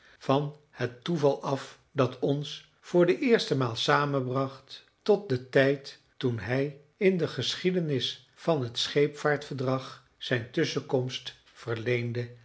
gezelschap van het toeval af dat ons voor de eerste maal samenbracht tot den tijd toen hij in de geschiedenis van het scheepvaart verdrag zijn tusschenkomst verleende